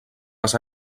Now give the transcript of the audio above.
les